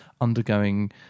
undergoing